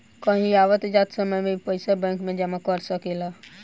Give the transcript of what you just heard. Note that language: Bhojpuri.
कहीं आवत जात समय में भी पइसा बैंक में जमा कर सकेलऽ